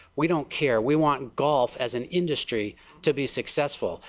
we don't care we want golf as an industry to be successful.